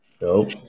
Nope